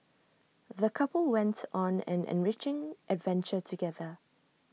the couple went on an enriching adventure together